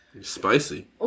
spicy